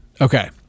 Okay